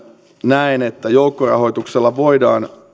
näen että joukkorahoituksella voidaan